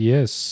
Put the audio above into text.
Yes